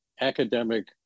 academic